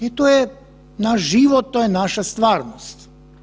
To je naš život, to je naša stvarnost.